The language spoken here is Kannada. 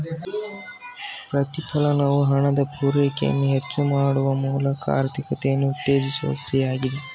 ಪ್ರತಿಫಲನವು ಹಣದ ಪೂರೈಕೆಯನ್ನು ಹೆಚ್ಚು ಮಾಡುವ ಮೂಲಕ ಆರ್ಥಿಕತೆಯನ್ನು ಉತ್ತೇಜಿಸುವ ಕ್ರಿಯೆ ಆಗಿದೆ